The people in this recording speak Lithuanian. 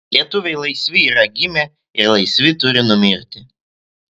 lietuviai laisvi yra gimę ir laisvi turi numirti